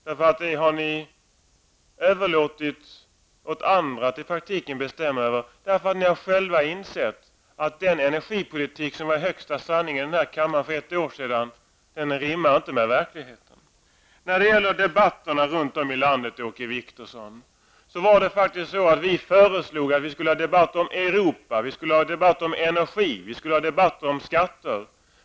Det har ni överlåtit till andra att i praktiken bestämma över, eftersom ni själva har insett att den energipolitik som var högsta sanning här i kammaren för ett år sedan nu inte rimmar med verkligheten. När det gäller debatterna runt om i landet, Åke Wictorsson, föreslog vi att det skulle föras debatter om Europa, om energi och om skatter.